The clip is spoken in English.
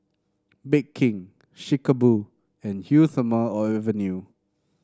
Bake King Chic A Boo and Eau Thermale Avene